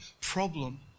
problem